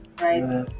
right